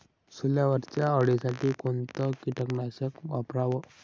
सोल्यावरच्या अळीसाठी कोनतं कीटकनाशक वापराव?